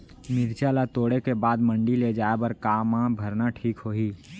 मिरचा ला तोड़े के बाद मंडी ले जाए बर का मा भरना ठीक होही?